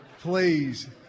please